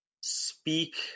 speak